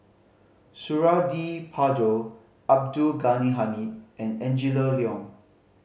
Suradi Parjo Abdul Ghani Hamid and Angela Liong